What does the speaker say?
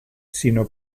sino